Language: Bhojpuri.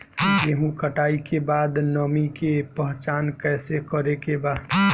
गेहूं कटाई के बाद नमी के पहचान कैसे करेके बा?